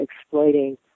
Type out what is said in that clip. exploiting